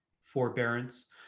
forbearance